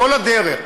כל הדרך,